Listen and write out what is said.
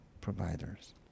providers